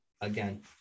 again